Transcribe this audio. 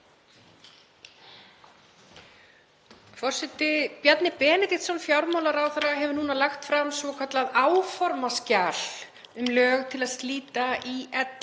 Forseti. Bjarni Benediktsson fjármálaráðherra hefur núna lagt fram svokallað áformaskjal um lög til að slíta